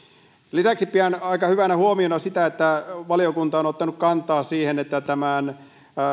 lisäksi pidän aika hyvänä huomiona sitä että valiokunta on ottanut kantaa siihen että tämän